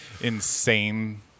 insane